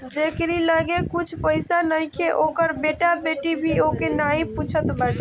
जेकरी लगे कुछु पईसा नईखे ओकर बेटा बेटी भी ओके नाही पूछत बाटे